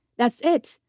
that's it.